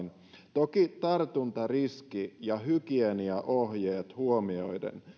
toki tartuntariski ja hygieniaohjeet huomioiden